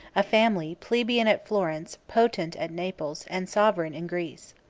a family, plebeian at florence, potent at naples, and sovereign in greece.